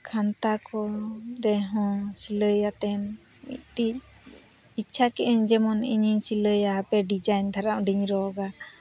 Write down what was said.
ᱠᱷᱟᱱᱛᱟ ᱠᱚᱨᱮᱦᱚᱸ ᱥᱤᱞᱟᱭᱟᱛᱮᱢ ᱢᱤᱫᱴᱤᱡ ᱤᱪᱪᱷᱟ ᱠᱮᱫᱟᱹᱧ ᱡᱮᱢᱚᱱ ᱤᱧᱤᱧ ᱥᱤᱞᱟᱭᱟ ᱟᱯᱮ ᱰᱤᱡᱟᱭᱤᱱ ᱫᱷᱟᱨᱟ ᱚᱸᱰᱮᱧ ᱨᱚᱜᱟ